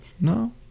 No